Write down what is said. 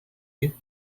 you